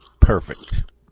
perfect